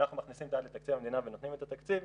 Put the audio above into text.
אנחנו מכניסים את היד לתקציב המדינה ונותנים את התקציב,